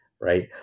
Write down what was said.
right